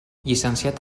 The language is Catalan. llicenciat